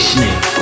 Snake